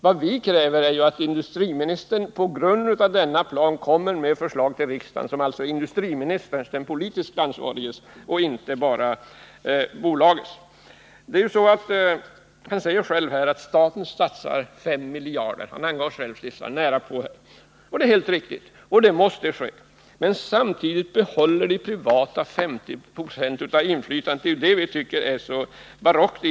Vad vi kräver är att industriministern på grund av denna plan lägger fram ett förslag till riksdagen som är industriministerns, den politiskt ansvariges, förslag och inte bolagets. Industriministern säger själv att staten satsar 5 miljarder. Det är helt riktigt, och det måste ske. Men samtidigt behåller de privata 50 90 av inflytandet. Det är detta vi tycker är så barockt.